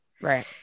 Right